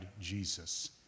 Jesus